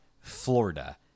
Florida